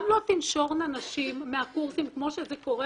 גם לא תנשורנה נשים מהקורסים כמו שזה קורה